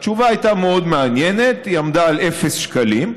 התשובה הייתה מאוד מעניינת: היא עמדה על אפס שקלים.